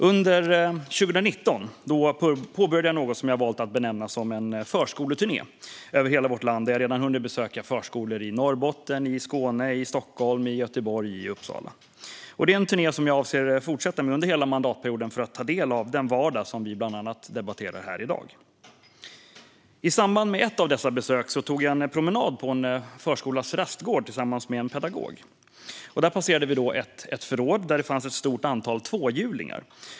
Under 2019 påbörjade jag något som jag har valt att benämna en förskoleturné över hela vårt land. Jag har redan hunnit besöka förskolor i Norrbotten, i Skåne, i Stockholm, i Göteborg och i Uppsala. Det är en turné som jag avser att fortsätta med under hela mandatperioden för att ta del av den vardag som vi bland annat debatterar här i dag. I samband med ett av dessa besök tog jag en promenad på en förskolas rastgård tillsammans med en pedagog. Vi passerade ett förråd där det fanns ett stort antal tvåhjulingar.